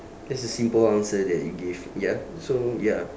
just a simple answer that you give ya so ya